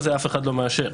אף אחד לא מאשר.